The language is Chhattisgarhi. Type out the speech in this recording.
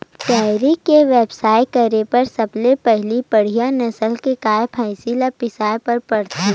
डेयरी के बेवसाय करे बर सबले पहिली बड़िहा नसल के गाय, भइसी ल बिसाए बर परथे